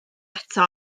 eto